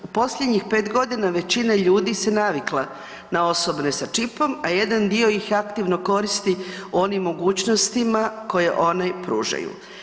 U posljednjih 5 g. većina ljudi se navikla na osobne sa čipom, a jedan dio ih aktivno koristi u onim mogućnostima koje one pružaju.